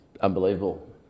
Unbelievable